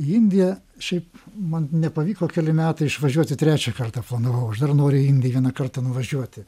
į indiją šiaip man nepavyko keli metai išvažiuoti trečią kartą planavau aš dar noriu į indiją vieną kartą nuvažiuoti